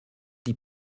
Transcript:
die